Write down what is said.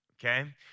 okay